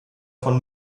von